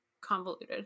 convoluted